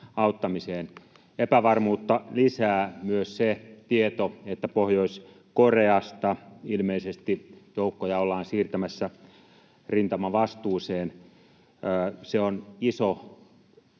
Epävarmuutta lisää myös se tieto, että Pohjois-Koreasta ilmeisesti joukkoja ollaan siirtämässä rintamavastuuseen. Se on iso